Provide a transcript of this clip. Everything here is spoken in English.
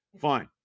Fine